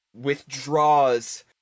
withdraws